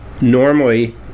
Normally